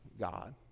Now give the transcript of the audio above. God